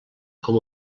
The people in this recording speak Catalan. com